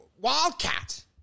Wildcat